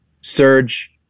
surge